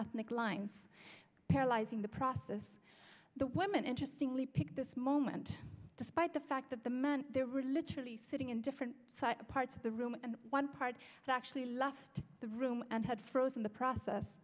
ethnic lines paralyzing the process the women interesting lee picked this moment despite the fact that the men there were literally sitting in different parts of the room and one part actually left the room and had frozen the process